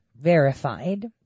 verified